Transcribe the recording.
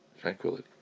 Tranquility